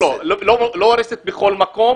לא הורסת בכל מקום,